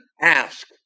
ask